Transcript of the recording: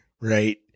right